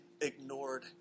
ignored